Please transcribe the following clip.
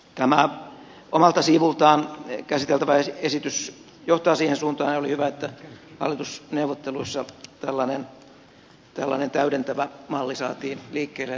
tämä omalta siivultaan käsiteltävä esitys johtaa siihen suuntaan ja oli hyvä että hallitusneuvotteluissa tällainen täydentävä malli saatiin liikkeelle ja nyt toteutukseen